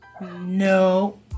No